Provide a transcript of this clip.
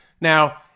Now